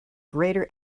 greater